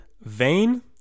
vain